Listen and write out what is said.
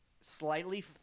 slightly –